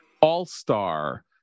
all-star